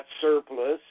surplus